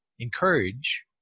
encourage